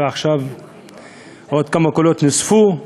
ועכשיו עוד כמה קולות נוספו,